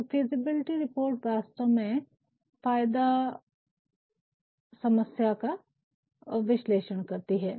तो feasibility report वास्तव में फायदा और समस्या का विश्लेषण करती है